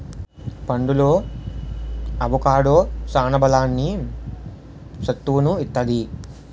పండులో అవొకాడో సాన బలాన్ని, సత్తువును ఇత్తది